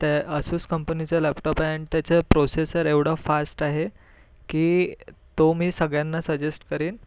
Asus कंपनीचं laptop आहे आणि त्याचा प्रोसेसर एवढा फास्ट आहे की तो मी सगळ्यांना सजेस्ट करेन